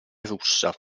russa